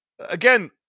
Again